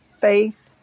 faith